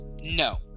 No